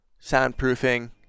soundproofing